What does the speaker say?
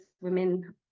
women